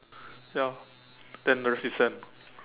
ya then the rest is sand